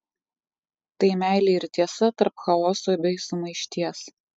tai meilė ir tiesa tarp chaoso bei sumaišties